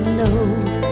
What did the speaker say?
load